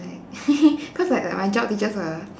like cause like uh my geog teachers were